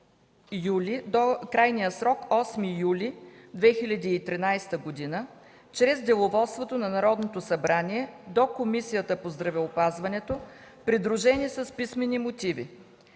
до крайния срок 12,00 ч. на 8 юли 2013 г. чрез Деловодството на Народното събрание до Комисията по здравеопазването, придружени с писмени мотиви.